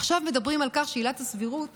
עכשיו מדברים על כך שעילת הסבירות